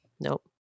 Nope